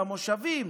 למושבים,